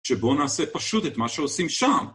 שבואו נעשה פשוט את מה שעושים שם.